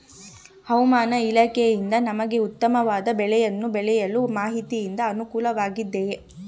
ಹವಮಾನ ಇಲಾಖೆಯಿಂದ ನಮಗೆ ಉತ್ತಮ ಬೆಳೆಯನ್ನು ಬೆಳೆಯಲು ಮಾಹಿತಿಯಿಂದ ಅನುಕೂಲವಾಗಿದೆಯೆ?